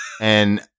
and-